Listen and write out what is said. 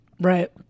Right